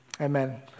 Amen